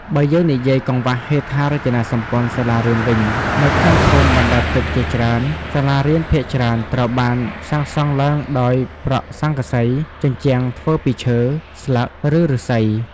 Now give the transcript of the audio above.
បើយើងនិយាយកង្វះហេដ្ឋារចនាសម្ព័ន្ធសាលារៀនវិញ នៅក្នុងភូមិបណ្តែតទឹកជាច្រើន សាលារៀនភាគច្រើនត្រូវបានសាងសង់ឡើងដោយប្រក់ស័ង្កសី ជញ្ជាំងធ្វើពីឈើ ស្លឹក ឬឫស្សី។